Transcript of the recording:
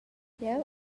jeu